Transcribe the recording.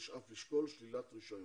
נשאף לשקול שלילת רישיון.